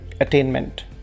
attainment